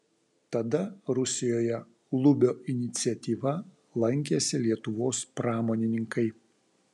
tada rusijoje lubio iniciatyva lankėsi lietuvos pramonininkai